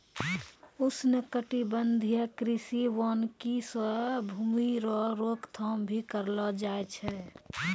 उष्णकटिबंधीय कृषि वानिकी से भूमी रो रोक थाम भी करलो जाय छै